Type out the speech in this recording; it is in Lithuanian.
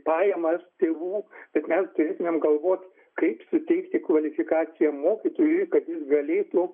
pajamas tėvų bet mes turėtumėm galvoti kaip suteikti kvalifikaciją mokytojui kad jis galėtų